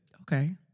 okay